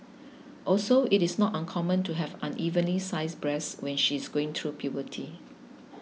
also it is not uncommon to have unevenly sized breasts when she is going through puberty